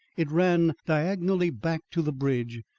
it ran diagonally back to the bridge,